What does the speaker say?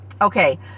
Okay